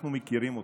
אנחנו מכירים אותך,